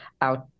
out